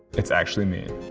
it's actually me.